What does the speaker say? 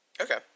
Okay